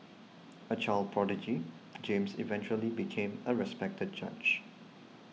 a child prodigy James eventually became a respected judge